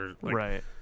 Right